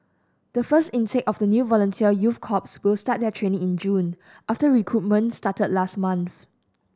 the first intake of the new volunteer youth corps will start their training in June after recruitment started last month